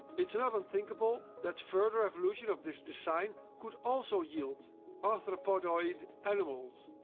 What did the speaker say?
it's not unthinkable that further evolution of this design could also yield arthropodoid animals.